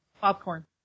popcorn